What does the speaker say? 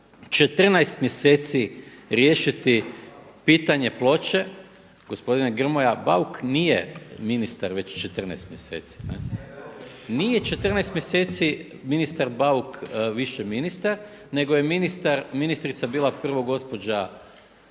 14 mjeseci riješiti pitanje Ploče. Gospodine Grmoja Bauk nije ministar već 14 mjeseci, nije 14 mjeseci ministar Bauk više ministar nego je ministrica bila prvo gospođa